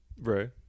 right